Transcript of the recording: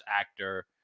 actor